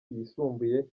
yisumbuye